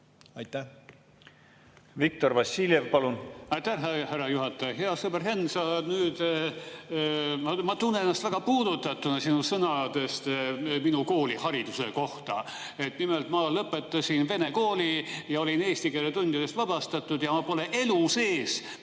nõuded. Viktor Vassiljev, palun! Aitäh, härra juhataja! Hea sõber Henn! Ma tunnen ennast väga puudutatuna sinu sõnadest minu koolihariduse kohta. Nimelt, ma lõpetasin vene kooli ja olin eesti keele tundidest vabastatud. Ma pole elu sees